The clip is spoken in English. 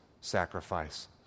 sacrifice